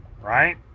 right